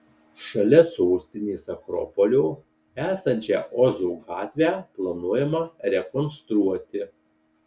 šalia sostinės akropolio esančią ozo gatvę planuojama rekonstruoti